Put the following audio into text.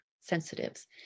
sensitives